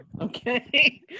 Okay